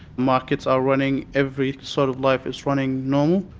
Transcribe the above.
markets are running, every sort of life is running normal.